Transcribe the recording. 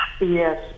Yes